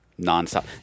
nonstop